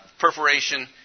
Perforation